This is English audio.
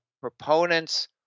proponents